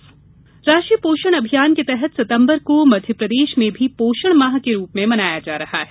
पोषण माह राष्ट्रीय पोषण अभियान के तहत सितंबर माह को मध्यप्रदेश में भी पोषण माह के रूप में मनाया जा रहा है